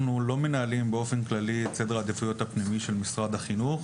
אנחנו לא מנהלים באופן כללי את סדר העדיפויות הפנימי של משרד החינוך.